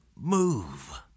move